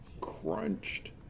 crunched